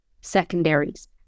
secondaries